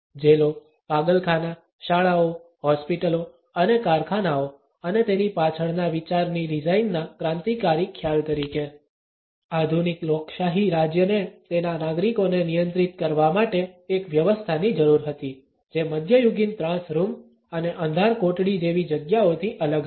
જેલો પાગલખાના શાળાઓ હોસ્પિટલો અને કારખાનાઓ અને તેની પાછળના વિચારની ડિઝાઈનના ક્રાંતિકારી ખ્યાલ તરીકે આધુનિક લોકશાહી રાજ્યને તેના નાગરિકોને નિયંત્રિત કરવા માટે એક વ્યવસ્થાની જરૂર હતી જે મધ્યયુગીન ત્રાસ રૂમ અને અંધાર કોટડી જેવી જગ્યાઓથી અલગ હતી